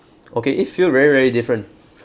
okay it feel very very different